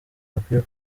bakwiye